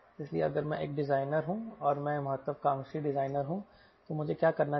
इसलिए अगर मैं एक डिजाइनर हूं और मैं महत्वाकांक्षी डिजाइनर हूं तो मुझे क्या करना चाहिए